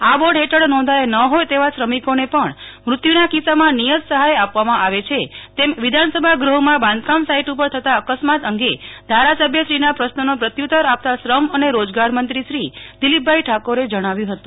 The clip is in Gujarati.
આ બોર્ડ હેઠળ નોંધાયા ન હોય તેવા શ્રમિકોને પણ મૃત્યુના કિસ્સામાં નિયત સહાય આપવામાં આવે છે તેમ વિધાનસભાગૃહમાં બાંધકામ સાઈટ ઉપર થતા અકસ્માત અંગે ધારાસભ્યશ્રીના પ્રશ્નનો પ્રત્યુત્તર આપતા શ્રમ અને રાજગોર મંત્રી દીલીપભાઈ ઠાકોરે જણાવ્યું હતું